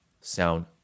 sound